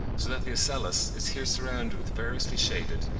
so that the ocellus is here surrounded with variously shaded,